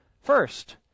first